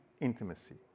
intimacy